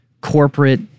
corporate